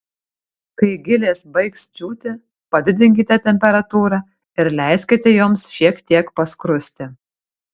kai gilės baigs džiūti padidinkite temperatūrą ir leiskite joms šiek tiek paskrusti